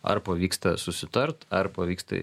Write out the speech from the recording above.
ar pavyksta susitart ar pavyksta